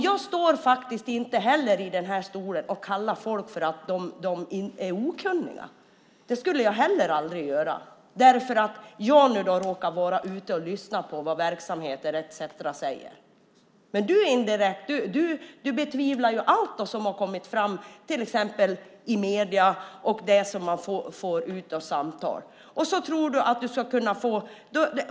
Jag står faktiskt inte i den här talarstolen och kallar folk för okunniga. Det skulle jag aldrig göra för att jag nu råkar vara ute och lyssna på vad verksamheter etcetera säger. Men du betvivlar allt som har kommit fram i till exempel medierna och i samtal.